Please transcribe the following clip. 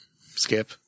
Skip